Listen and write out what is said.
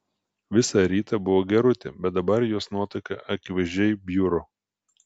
visą rytą buvo gerutė bet dabar jos nuotaika akivaizdžiai bjuro